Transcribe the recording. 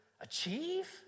achieve